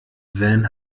van